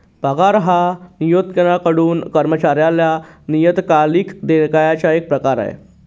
पगार हा नियोक्त्याकडून कर्मचाऱ्याला नियतकालिक देयकाचा एक प्रकार आहे